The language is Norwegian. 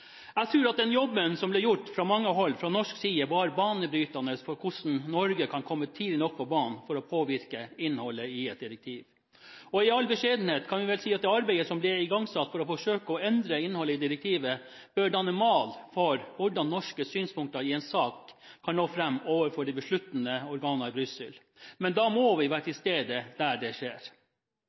Jeg tror at den jobben som ble gjort fra mange hold fra norsk side, var banebrytende for hvordan Norge kan komme tidlig nok på banen for å påvirke innholdet i et direktiv. I all beskjedenhet kan vi vel si at det arbeidet som ble igangsatt for å forsøke å endre innholdet i direktivet, bør danne mal for hvordan norske synspunkter i en sak kan nå fram overfor de besluttende organer i Brussel. Men da må vi være til stede der det skjer.